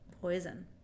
Poison